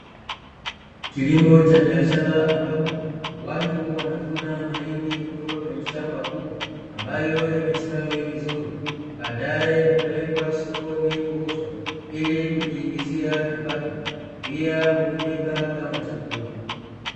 Kilimo cha biashara ambapo watu wanalima mahindi katika shamba kubwa, ambayo yamestawi vizuri badae hupelekwa sokoni kuuzwa ili kujiingizia kipato pia hutumika kama chakula.